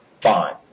Fine